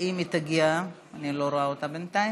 אם היא תגיע, אני לא רואה אותה בינתיים.